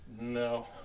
No